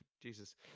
Jesus